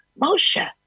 Moshe